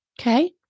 Okay